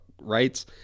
rights